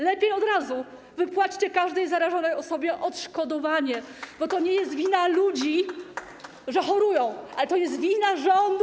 Lepiej od razu wypłaćcie każdej zarażonej osobie odszkodowanie, bo to nie jest wina ludzi, że chorują, ale to jest wina rządu.